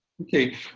Okay